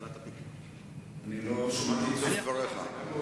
אני לא שמעתי את סוף דבריך.